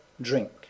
Drink